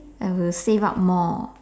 I will save up more